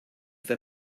they